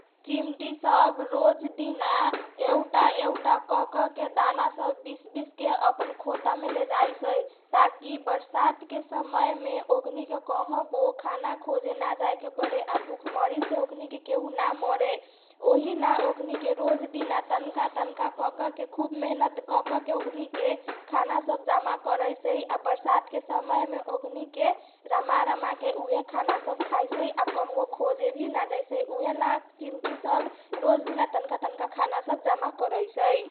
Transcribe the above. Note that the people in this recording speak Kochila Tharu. चिम्टी सब रोज दिना एउटा एउटा क क के दाना सब बिस बिसके अपन खोतामे लेजैसै ताकी बरसात के समयमे कहबो खाना खोजे नाजाए के परो आ भुखे मरीसे ओकनीके केहु नामरे ओहिला ओकनीके रोज दिना तनका तनका क क के खुब मेहनत क क के ओकनीके खाना सब जम्मा करैसै आ बरसात के समयमे ओकनीके रमा रमा के उहे खाना सब खाइसै आ कहबो खोजे भी नाजाइसै उहेला चिम्टी सब रोज दिना तनका तनका खाना सब जम्मा करैसै।